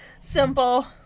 simple